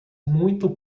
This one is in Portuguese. muito